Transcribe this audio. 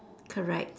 correct